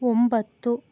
ಒಂಬತ್ತು